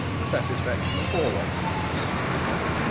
the satisfaction of all of them was supreme.